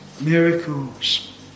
miracles